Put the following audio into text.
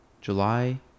July